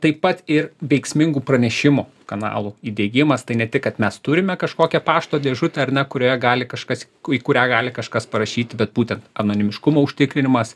taip pat ir veiksmingų pranešimų kanalų įdiegimas tai ne tik kad mes turime kažkokią pašto dėžutę ar ne kurioje gali kažkas ku į kurią gali kažkas parašyti bet būtent anonimiškumo užtikrinimas